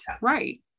right